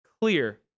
clear